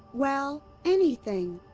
well. anything?